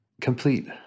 complete